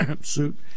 suit